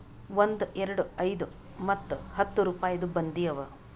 ಒಂದ್, ಎರಡು, ಐಯ್ದ ಮತ್ತ ಹತ್ತ್ ರುಪಾಯಿದು ಬಂದಿ ಅವಾ